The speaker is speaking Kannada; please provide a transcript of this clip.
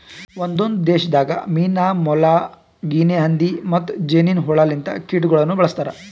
ಒಂದೊಂದು ದೇಶದಾಗ್ ಮೀನಾ, ಮೊಲ, ಗಿನೆ ಹಂದಿ ಮತ್ತ್ ಜೇನಿನ್ ಹುಳ ಲಿಂತ ಕೀಟಗೊಳನು ಬಳ್ಸತಾರ್